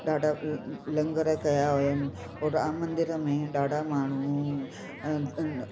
ॾाढा लंगर कया हुयनि और राम मंदिर में ॾाढा माण्हू अ न